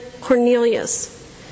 Cornelius